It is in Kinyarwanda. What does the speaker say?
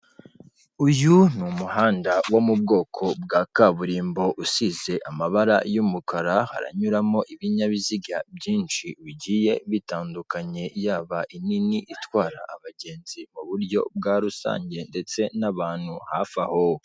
Uyu ni umuhanda wo mu bwoko bwa kaburimbo usize amabara y'umukara, haranyuramo ibinyabiziga byinshi bigiye bitandukanye, yaba inini itwara abagenzi mu buryo bwa rusange ndetse n'abantu hafi aho.